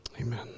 Amen